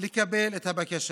לקבל את הבקשה.